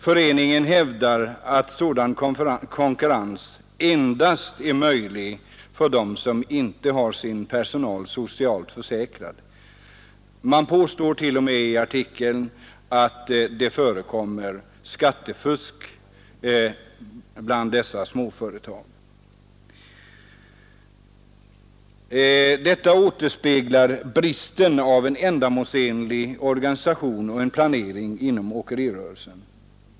Föreningen hävdar att sådan konkurrens endast är möjlig för dem som inte har sin personal socialt försäkrad. Man påstår t.o.m. i artikeln att det förekommer skattefusk bland dessa småföretag. Detta återspeglar bristen på ändamålsenlig organisation och planering inom åkerirörelsen.